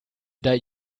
that